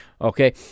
Okay